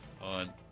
on